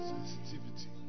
Sensitivity